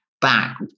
back